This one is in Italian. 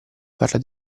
parla